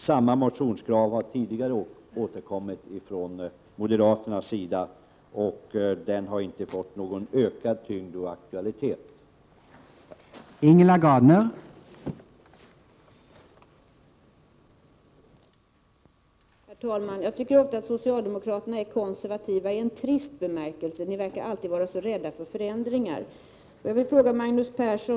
Samma motionskrav har också framförts tidigare från moderaternas sida, och det aktuella kravet har inte fått någon ökad tyngd och aktualitet sedan dess.